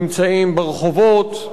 נמצאים ברחובות.